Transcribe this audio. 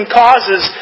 causes